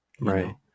Right